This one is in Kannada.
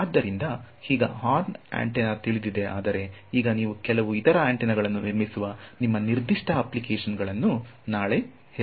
ಆದ್ದರಿಂದ ಈಗ ಹಾರ್ನ್ ಆಂಟೆನಾ ತಿಳಿದಿದೆ ಆದರೆ ಈಗ ನೀವು ಕೆಲವು ಇತರ ಆಂಟೆನಾಗಳನ್ನು ನಿರ್ಮಿಸುವ ನಿಮ್ಮ ನಿರ್ದಿಷ್ಟ ಅಪ್ಲಿಕೇಶನ್ಗಳನ್ನು ನಾಳೆ ಹೇಳೋಣ